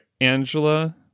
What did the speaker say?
Angela